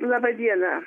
laba diena